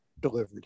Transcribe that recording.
delivered